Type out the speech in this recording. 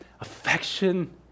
affection